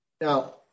Now